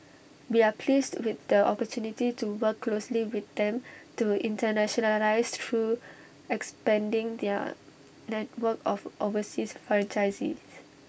we are pleased with the opportunity to work closely with them to internationalise through expanding their network of overseas franchisees